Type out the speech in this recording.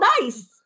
nice